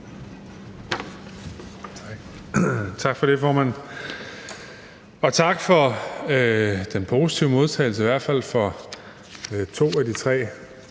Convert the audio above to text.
Tak for det, formand. Og tak for den positive modtagelse, i hvert fald for to af de tre